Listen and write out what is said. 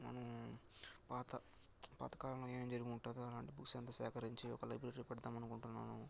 మనం పాత పాతకాలంలో ఏమేం జరుగుంటుందో అలాంటి బుక్స్ అంతా సేకరించి ఒక లైబ్రరీ పెడదామని అకుంటున్నాను